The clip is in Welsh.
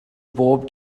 bob